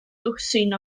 dwsin